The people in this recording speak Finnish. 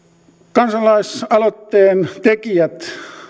kansalaisaloitteen tekijät